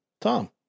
Tom